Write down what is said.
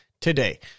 today